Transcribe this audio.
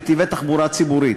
נתיבי תחבורה ציבורית.